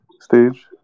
stage